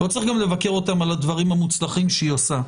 לא צריך גם לבקר אותה על הדברים המוצלחים שהיא עושה,